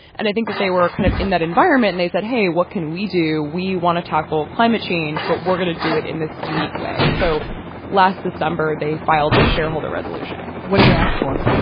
and i think that they were kind of in that environment. they said hey what can we do we want to tackle climate change but we're going to do it in this unique way. so last december they filed the shareholder resolution. what did they ask for.